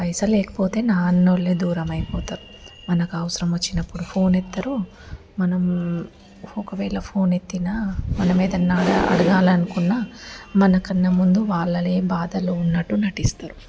పైసలు లేకపోతే నా అన్న వాళ్ళే దూరమైపోతారు మనకు అవసరం వచ్చినప్పుడు ఫోన్ ఎత్తరు మనం ఒకవేళ ఫోన్ ఎత్తిన మనం ఏదన్నా అడగాలనుకున్న మనకన్నా ముందు వాళ్ళే బాధలో ఉన్నట్టు నటిస్తారు